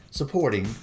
supporting